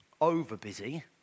over-busy